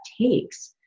takes